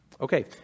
Okay